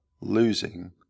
losing